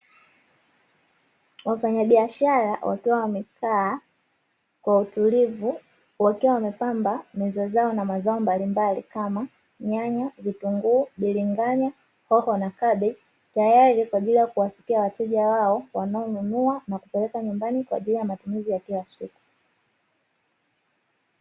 Wafanyabiashara wakiwa wamekaa kwa utulivu wakiwa wamepamba meza zao na mazao mbalimbali kama nyanya, vitunguu, hoho na kabichi tayari kwaajili ya kuwafikia wateja wao wanaonunua na kupeleka nyumbani kwaajili ya matumizi ya kila siku.